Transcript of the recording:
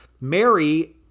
Mary